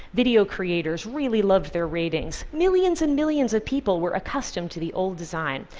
video creators really loved their ratings. millions and millions of people were accustomed to the old design.